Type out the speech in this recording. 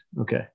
okay